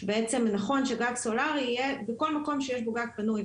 שבעצם נכון שגג סולארי יהיה בכל מקום שיש בו גג פנוי.